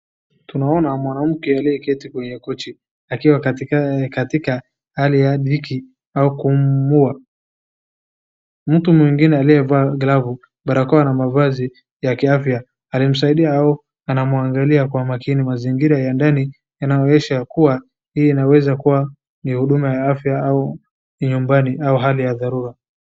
Mwanamke aliyeti kwenye kochi akiwa katika hali ya dhiki. Mtu mwingine aliyevaa glavu, barakoa na mavazi ya kiafya anamsaidia au kumwangalia kwa makini mazingira ya ndani inaonyesha hii ni inaweza kuwa ni huduma ya afya au nyumbani au hali ya dharura.